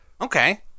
Okay